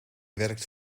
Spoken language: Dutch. werkt